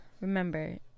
remember